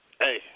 hey